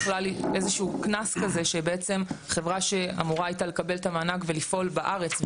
איזשהו קנס כזה שבעצם חברה שאמורה הייתה לקבל את המענק ולפעול בארץ,